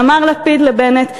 אמר לפיד לבנט,